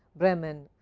bremann,